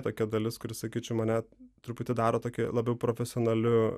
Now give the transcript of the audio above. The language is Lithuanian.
tokia dalis kuri sakyčiau mane truputį daro tokį labiau profesionaliu